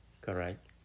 correct